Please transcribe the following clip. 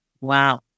Wow